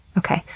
okay,